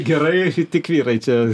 gerai tik vyrai čia